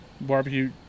barbecue